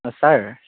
sir